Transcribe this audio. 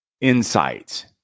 insights